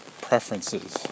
preferences